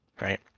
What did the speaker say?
right